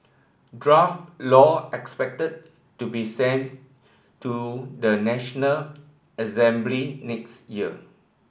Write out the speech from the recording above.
draft law expected to be sent to the National Assembly next year